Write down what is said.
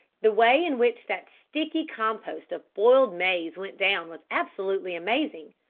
the way in which that sticky compost of boiled maize went down was absolutely amazing.